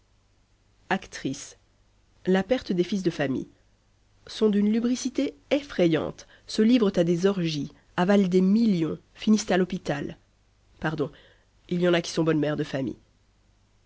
actrices la perte des fils de famille sont d'une lubricité effrayante se livrent à des orgies avalent des millions finissent à l'hôpital pardon il y en a qui sont bonnes mères de famille